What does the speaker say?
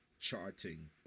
charting